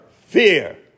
fear